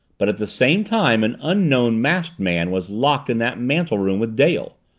but at the same time an unknown masked man was locked in that mantel-room with dale.